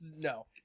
no